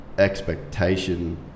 expectation